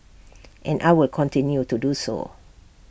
and I will continue to do so